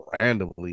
randomly